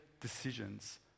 decisions